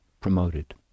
promoted